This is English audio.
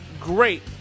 great